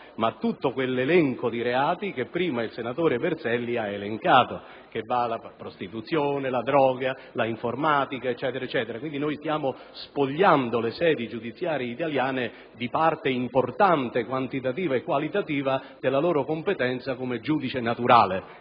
di tutta quella serie di reati che prima il senatore Berselli ha elencato, che vanno dalla prostituzione alla droga, all'informatica, e via dicendo. Quindi, stiamo spogliando le sedi giudiziarie italiane di una parte importante, quantitativa e qualitativa, della loro competenza come giudice naturale: